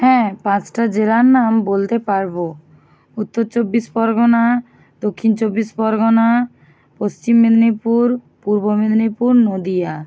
হ্যাঁ পাঁচটা জেলার নাম বলতে পারব উত্তর চব্বিশ পরগনা দক্ষিণ চব্বিশ পরগনা পশ্চিম মেদিনীপুর পূর্ব মেদিনীপুর নদীয়া